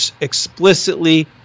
explicitly